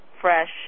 fresh